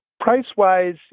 Price-wise